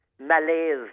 malaise